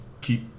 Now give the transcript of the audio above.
keep